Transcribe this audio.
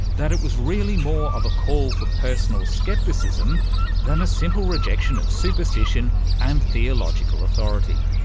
that it was really more of a call for personal scepticism than a simple rejection of superstition and theological authority.